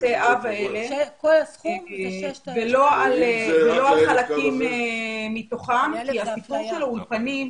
בתי אב האלה ולא על חלקים מתוכם כי הסיפור של האולפנים,